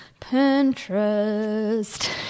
pinterest